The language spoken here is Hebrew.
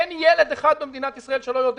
אין ילד אחד במדינת ישראל שלא יודע